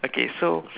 okay so